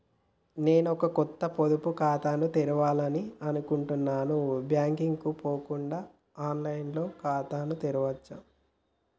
నేను ఒక కొత్త పొదుపు ఖాతాను తెరవాలని అనుకుంటున్నా బ్యాంక్ కు పోకుండా ఆన్ లైన్ లో ఖాతాను తెరవవచ్చా?